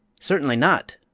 certainly not,